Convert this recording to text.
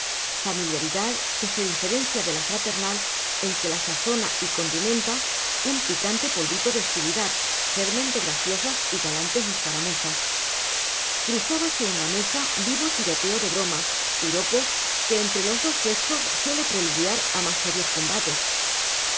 familiaridad que se diferencia de la fraternal en que la sazona y condimenta un picante polvito de hostilidad germen de graciosas y galantes escaramuzas cruzábase en la mesa vivo tiroteo de bromas piropos que entre los dos sexos suele preludiar a más serios combates